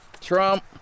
Trump